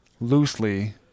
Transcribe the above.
loosely